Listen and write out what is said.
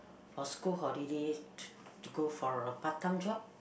for school holiday to go for a part time job